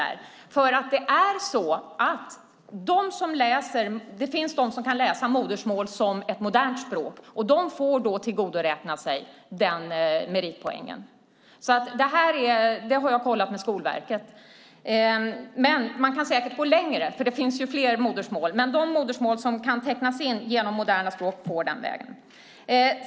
Det är så att det finns de som kan läsa modersmål som ett modernt språk, och de får tillgodoräkna sig den meritpoängen. Det har jag kollat med Skolverket. Man kan säkert gå längre, för det finns ju fler modersmål, men de modersmål som kan räknas in i moderna språk får man tillgodoräkna sig meritpoängen för den vägen.